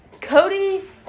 Cody